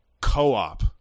Co-op